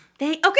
Okay